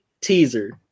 teaser